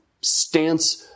stance